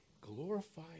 glorify